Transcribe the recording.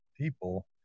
People